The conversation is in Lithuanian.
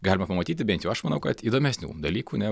galima pamatyti bent jau aš manau kad įdomesnių dalykų ne